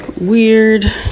weird